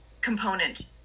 component